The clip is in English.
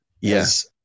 Yes